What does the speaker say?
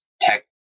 tech